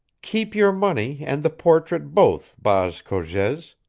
keep your money and the portrait both, baas cogez,